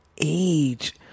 age